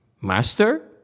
Master